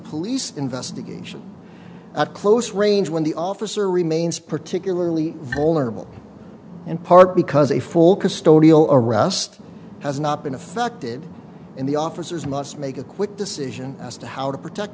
police investigation at close range when the officer remains particularly vulnerable in part because a full custodial arrest has not been affected in the officers must make a quick decision as to how to protect